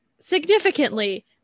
significantly